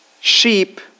Sheep